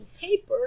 paper